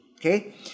okay